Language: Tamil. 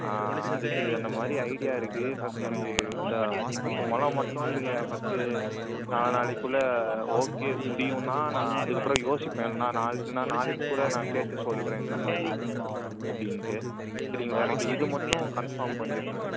அதுக்கு அந்த மாதிரி ஐடியா இருக்குது ஃபர்ஸ்ட் எனக்கு அந்த பத்து முழம் மட்டும் நீங்கள் ஃபஸ்ட்டு நால நாளைக்குள்ளே ஓகே முடியுன்னா நான் அதுக்கப்புறம் யோசிப்பயலண்ணா நனா நாளைக்கு கூட நான் கேட்டு சொல்கிறேன் இந்த மாதிரி அப்படின்ட்டு சரிங்களா எனக்கு இது மட்டும் கன்ஃபார்ம் பண்ணியிருங்க